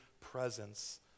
presence